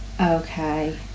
Okay